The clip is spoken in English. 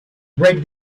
break